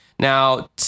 Now